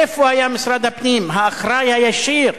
איפה היה משרד הפנים, האחראי הישיר